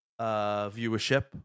viewership